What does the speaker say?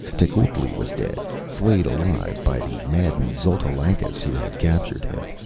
tecuhltli was dead, flayed alive by the maddened xotalancas who had captured him.